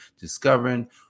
discovering